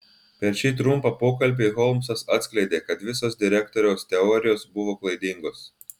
per šį trumpą pokalbį holmsas atskleidė kad visos direktoriaus teorijos buvo klaidingos